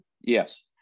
Yes